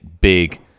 big